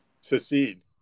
Secede